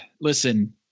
listen